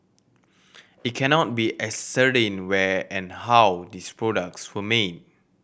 it cannot be ascertained where and how these products were made